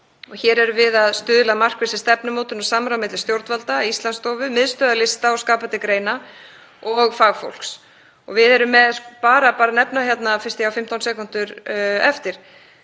Hér erum við að stuðla að markvissri stefnumótun og samráði milli stjórnvalda, Íslandsstofu, miðstöðva lista og skapandi greina og fagfólks. Bara til að nefna það, fyrst ég á 15 sekúndur eftir,